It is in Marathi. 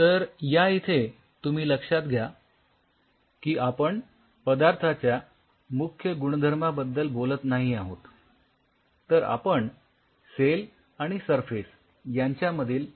तर या इथे तुम्ही लक्षात घ्या की आपण पदार्थाच्या मुख्य गुणधर्माबद्दल बोलत नाही आहोत तर आपण सेल आणि सरफेस यांच्यामधील